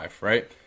right